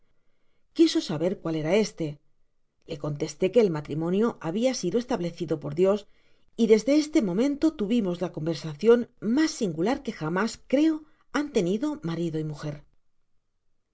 quiso saber cuál era este le contesté que el matrimonio habia sido establecido por dios y desde este momento tuvimos la conversacion mas singular que jamás creo han tenido marido y mujer